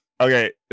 Okay